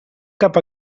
cap